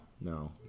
no